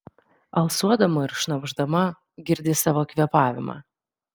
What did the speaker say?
alsuodama ir šnopšdama girdi savo kvėpavimą